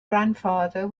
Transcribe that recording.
grandfather